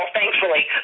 thankfully